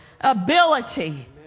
ability